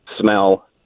smell